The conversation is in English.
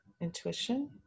intuition